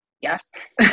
yes